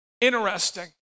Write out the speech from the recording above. Interesting